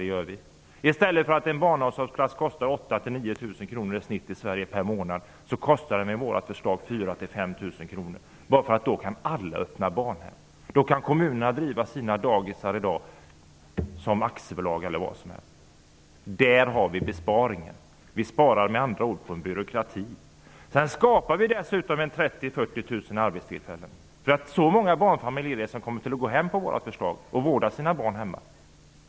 En barnomsorgsplats kostar i genomsnitt 8 000--9 000 kr per månad. Med vårt förslag skulle kostnaden bli 4 000--5 000 kr, eftersom då kan alla öppna daghem och kommunerna kan driva sina dagis som aktiebolag eller vad som helst. Däri ligger besparingen. Vi sparar med andra ord på byråkrati. Dessutom skapar vi 30 000--40 000 arbetstillfällen. Så många barnfamiljer kommer att vårda sina barn hemma med vårt förslag.